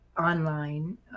online